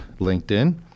LinkedIn